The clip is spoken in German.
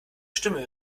stimme